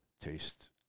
taste